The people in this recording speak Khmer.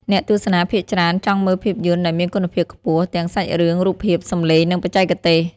អ្នកទស្សនាភាគច្រើនចង់មើលភាពយន្តដែលមានគុណភាពខ្ពស់ ទាំងសាច់រឿង រូបភាព សំឡេង និងបច្ចេកទេស។